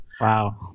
Wow